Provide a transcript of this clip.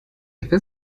wer